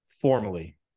formally